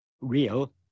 real